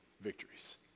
victories